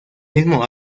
mismo